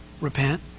Repent